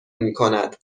میکند